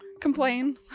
complain